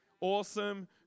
Awesome